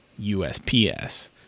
USPS